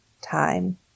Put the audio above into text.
time